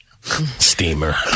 Steamer